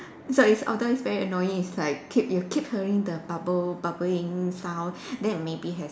so it's although it's very annoying it's like keep you keep hearing the bubble bubbling sound then maybe it has